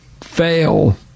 fail